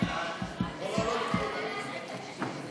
הרכב ועדות בכנסת (הוראות מיוחדות לכנסת העשרים),